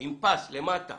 עם פס למטה,